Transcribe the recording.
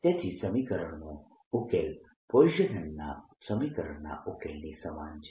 તેથી સમીકરણનો ઉકેલ પોઇસનના સમીકરણના ઉકેલની સમાન છે